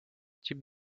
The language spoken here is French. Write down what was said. types